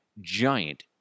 giant